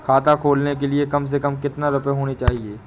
खाता खोलने के लिए कम से कम कितना रूपए होने चाहिए?